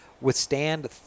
withstand